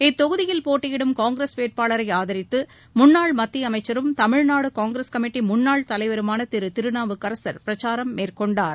இத்தொகுதியில் போட்டியிடும் காங்கிரஸ் வேட்பாளரை ஆதரித்து முன்னாள் மத்திய அமைச்சரும் தமிழ்நாடு காங்கிரஸ் கமிட்டி முன்னாள் தலைவருமான திரு திருநாவுக்கரசர் பிரச்சாரம் மேற்கொண்டார்